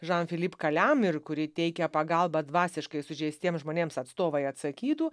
žan filip kalem ir kuri teikia pagalbą dvasiškai sužeistiems žmonėms atstovai atsakytų